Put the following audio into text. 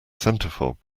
centerfold